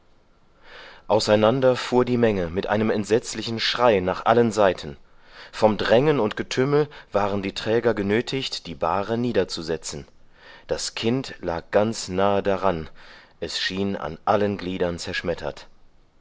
fahr die menge mit einem entsetzlichen schrei nach allen seiten vom drängen und getümmel waren die träger genötigt die bahre niederzusetzen das kind lag ganz nahe daran es schien an allen gliedern zerschmettert